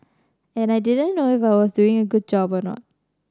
and I didn't know if I was doing a good job or not